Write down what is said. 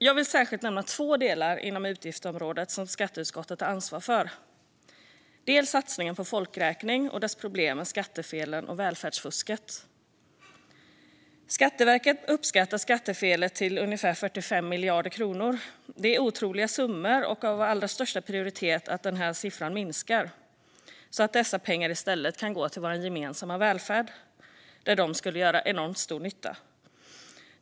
Jag vill särskilt nämna två delar inom det utgiftsområde som skatteutskottet har ansvar för: dels satsningen på folkräkning, dels problemen med skattefelet och välfärdsfusket. Skatteverket uppskattar skattefelet till ungefär 45 miljarder kronor. Det är otroliga summor, och det är av allra största prioritet att denna siffra minskar så att dessa pengar i stället kan gå till vår gemensamma välfärd där de skulle göra enormt stor nytta.